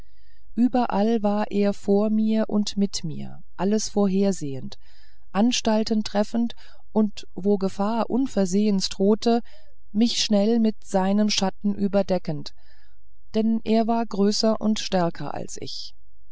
überall war er vor mir und mit mir alles vorhersehend anstalten treffend und wo gefahr unversehens drohte mich schnell mit seinem schatten überdeckend denn er war größer und stärker als ich